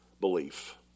Belief